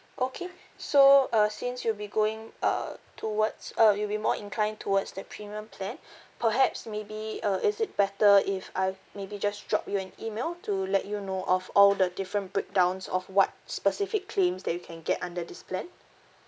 okay so uh since you'll be going uh towards uh you'll be more inclined towards the premium plan perhaps maybe uh is it better if I maybe just drop you an email to let you know of all the different breakdowns of what specific claims that you can get under this plan